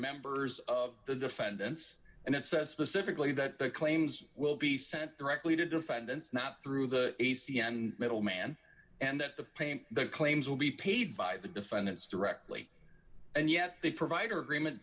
members of the defendants and it says specifically that the claims will be sent directly to defendants not through the e c and middleman and that the payment the claims will be paid by the defendants directly and yet the provider agreement